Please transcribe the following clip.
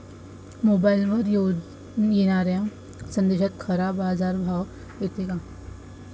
मोबाईलवर येनाऱ्या संदेशात खरा बाजारभाव येते का?